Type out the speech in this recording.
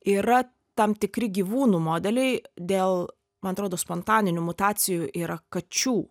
yra tam tikri gyvūnų modeliai dėl man atrodo spontaninių mutacijų yra kačių